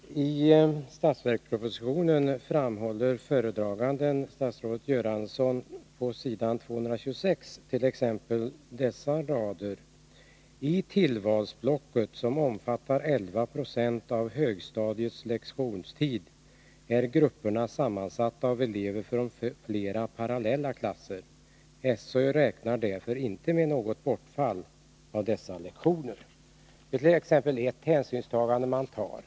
Herr talman! I budgetpropositionen framhåller föredraganden, statsrådet Göransson, t.ex. att i tillvalsblocket, som omfattar 11 96 av högstadieskolans lektionstid, är grupperna sammansatta av elever från flera parallella klasser. SÖ räknar därför inte med något bortfall av dessa lektioner. Detta är ett exempel på hänsynstaganden man gör.